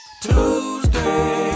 Tuesday